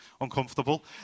uncomfortable